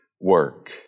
work